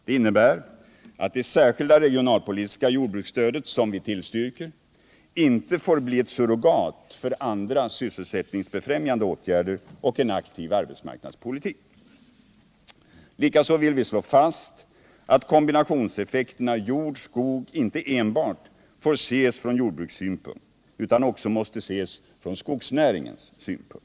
Det innebär att det särskilda regionalpolitiska jordbruksstödet, som vi tillstyrker, inte får bli ett surrogat för andra sysselsättningsbefrämjande åtgärder och en aktiv arbetsmarknadspolitik. Likaså vill vi slå fast att kombinationseffekterna jord-skog inte enbart får ses från jordbrukssynpunkt utan också måste ses från skogsnäringens utgångspunkt.